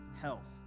health